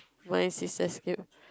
my sisters keep